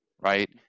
right